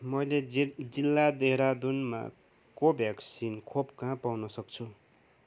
मैले जेट् जिल्ला देहरादुनमा कोभ्याक्सिन खोप कहाँ पाउन सक्छु